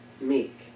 meek